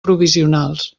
provisionals